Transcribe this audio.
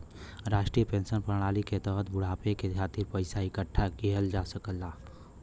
राष्ट्रीय पेंशन प्रणाली के तहत बुढ़ापे के खातिर पइसा इकठ्ठा किहल जा सकला